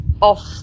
off